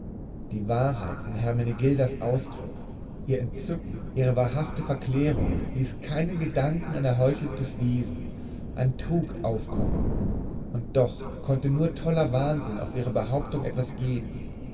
die wahrheit in hermenegildas ausdruck ihr entzücken ihre wahrhafte verklärung ließ keinen gedanken an erheucheltes wesen an trug aufkommen und doch konnte nur toller wahnsinn auf ihre behauptung etwas geben